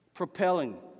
Propelling